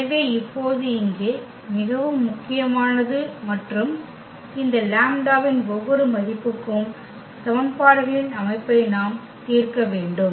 எனவே இப்போது இங்கே மிகவும் முக்கியமானது மற்றும் இந்த லாம்ப்டாவின் ஒவ்வொரு மதிப்புக்கும் சமன்பாடுகளின் அமைப்பை நாம் தீர்க்க வேண்டும்